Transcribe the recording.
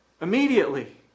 Immediately